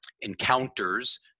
encounters